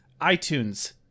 iTunes